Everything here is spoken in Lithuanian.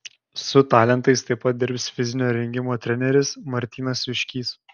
su talentais taip pat dirbs fizinio rengimo treneris martynas juškys